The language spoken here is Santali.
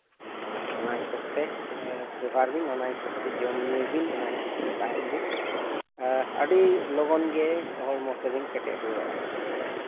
ᱦᱳᱭ ᱚᱱᱟ ᱦᱤᱥᱟᱹᱵ ᱛᱮ ᱵᱮᱵᱷᱟᱨ ᱵᱤᱱ ᱚᱱᱟ ᱦᱤᱥᱟᱹᱵᱽ ᱛᱮ ᱡᱚᱢ ᱧᱩᱭ ᱵᱤᱱ ᱚᱱᱟ ᱦᱤᱥᱟᱹᱵᱽ ᱛᱮ ᱛᱟᱦᱮᱱ ᱵᱤᱱ ᱟᱨ ᱟᱹᱰᱤ ᱞᱚᱜᱚᱱ ᱜᱮ ᱦᱚᱲᱢᱚ ᱛᱟᱵᱮᱱ ᱠᱮᱴᱮᱡ ᱨᱩᱣᱟᱹᱲᱚᱜᱼᱟ